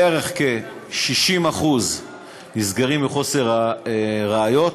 בערך כ-60% נסגרים מחוסר ראיות,